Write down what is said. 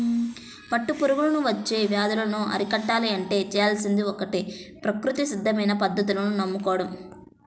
పట్టు పురుగులకు వచ్చే వ్యాధులను అరికట్టాలంటే చేయాల్సిందల్లా ఒక్కటే ప్రకృతి సిద్ధమైన పద్ధతులను నమ్ముకోడం